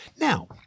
Now